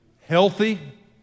healthy